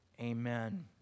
Amen